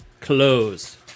close